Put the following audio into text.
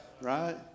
right